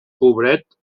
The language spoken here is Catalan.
pobret